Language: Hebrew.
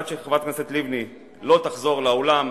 עד שחברת הכנסת לבני לא תחזור לאולם,